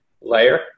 layer